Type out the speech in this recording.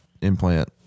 implant